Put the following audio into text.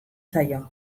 zaio